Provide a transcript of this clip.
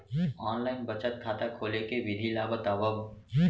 Online बचत खाता खोले के विधि ला बतावव?